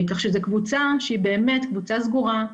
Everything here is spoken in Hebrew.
כך שזו קבוצה שהיא באמת קבוצה סגורה.